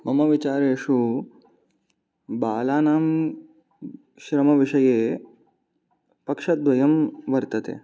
मम विचारेषु बालानां श्रमविषये पक्षद्वयं वर्तते